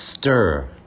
stir